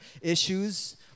issues